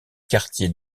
quartiers